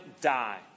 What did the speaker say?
die